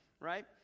right